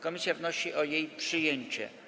Komisja wnosi o jej przyjęcie.